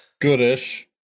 goodish